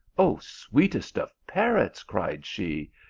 o sweetest of parrots, cried she,